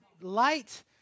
light